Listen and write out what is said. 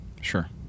Sure